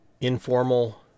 informal